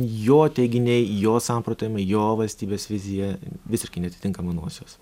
jo teiginiai jo samprotavimai jo valstybės vizija visiškai neatitinka manosios